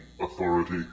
authority